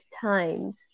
times